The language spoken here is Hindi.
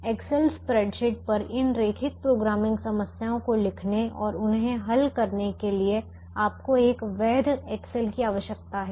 एक्सेल स्प्रेडशीट पर इन रैखिक प्रोग्रामिंग समस्याओं को लिखने और उन्हें हल करने के लिए आपको एक वैध एक्सेल की आवश्यकता है